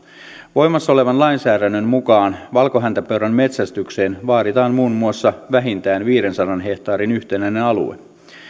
voimassa olevan lainsäädännön mukaan valkohäntäpeuran metsästykseen vaaditaan muun muassa vähintään viidensadan hehtaarin yhtenäinen alue